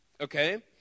Okay